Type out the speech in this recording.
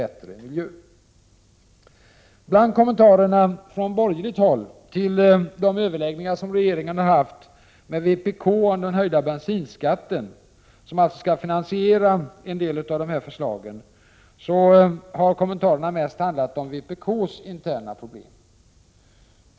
När det gäller kommentarerna på borgerligt håll till regeringens överläggningar med vpk om höjningen av bensinskatten, som alltså skall finansiera en del av de här förslagen, har det mest handlat om vpk:s interna problem.